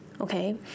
okay